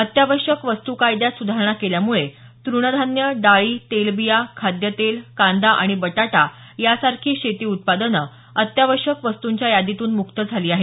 अत्यावश्यक वस्तू कायद्यात सुधारणा केल्यामुळे तृणधान्य डाळी तेलबिया खाद्यतेल कांदा आणि बटाटा यांसारखी शेती उत्पादने अत्यावश्यक वस्तूंच्या यादीतून मुक्त झाली आहेत